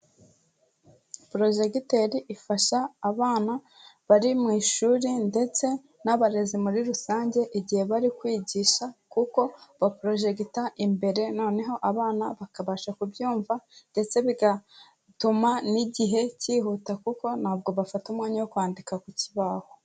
Porojegiteri ifasha abana bari mu ishuri ndetse n'abarezi muri rusange igihe bari kwigisha, kuko baporojegita imbere noneho abana bakabasha kubyumva, ndetse bigatuma n'igihe cyihuta kuko ntabwo bafata umwanya wo kwandika ku kibaho.